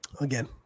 again